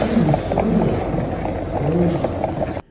ian was so good early on